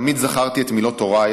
תמיד זכרתי את מילות הוריי,